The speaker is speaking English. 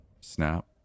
Snap